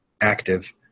active